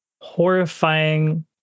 horrifying